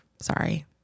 Sorry